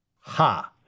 Ha